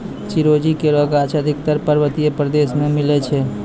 चिरौंजी केरो गाछ अधिकतर पर्वतीय प्रदेश म मिलै छै